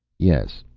yes.